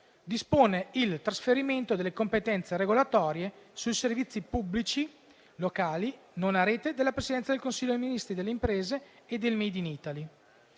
dispone il trasferimento delle competenze regolatorie sui servizi pubblici locali non a rete dalla Presidenza del Consiglio al Ministero delle imprese e del *made in Italy*.